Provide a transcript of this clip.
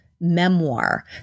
memoir